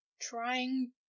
trying